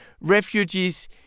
refugees